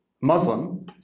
Muslim